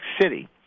City